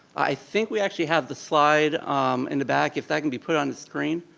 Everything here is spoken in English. i think we actually have the slide in the back, if that can be put on the screen.